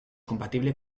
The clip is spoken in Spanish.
compatible